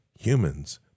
humans